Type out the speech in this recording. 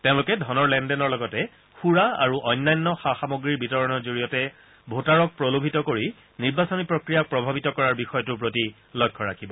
তেওঁলোকে ধনৰ লেনদেনৰ লগতে সুৰা আৰু অন্যান্য সা সামগ্ৰীৰ বিতৰণৰ জৰিয়তে ভোটাৰক প্ৰলোভিত কৰি নিৰ্বাচনী প্ৰক্ৰিয়াক প্ৰভাৱিত কৰাৰ বিষয়টোৰ প্ৰতি লক্ষ্য ৰাখিব